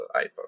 iphone